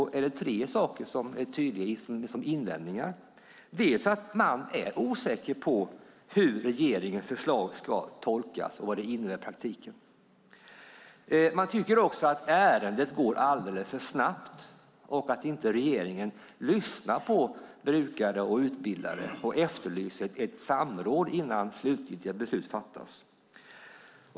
Där utskiljer sig tre tydliga invändningar. För det första är man osäker på hur regeringens förslag till beslut ska tolkas och vad det innebär i praktiken. För det andra tycker man att ärendet hanteras alldeles för snabbt. Regeringen har inte lyssnat på brukare och utbildare, och man efterlyser ett samråd innan slutgiltiga beslut fattas.